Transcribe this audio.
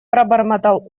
пробормотал